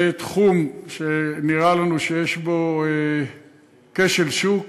זה תחום שנראה לנו שיש בו כשל שוק